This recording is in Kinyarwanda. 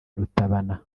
rutabana